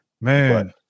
Man